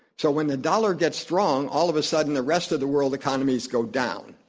so when the dollar gets strong, all of a sudden the rest of the world economies go down,